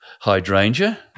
hydrangea